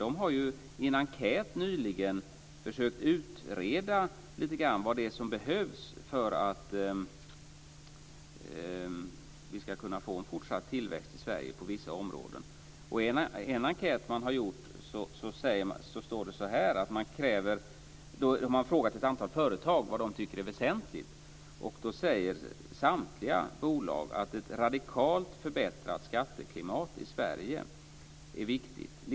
De har i en enkät nyligen försökt utreda vad som behövs för att vi ska kunna få en fortsatt tillväxt i Sverige på vissa områden. De har frågat ett antal företag vad de tycker är väsentligt. Samtliga bolag säger att ett radikalt förbättrat skatteklimat i Sverige är viktigt.